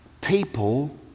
People